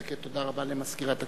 תודה רבה למזכירת הכנסת.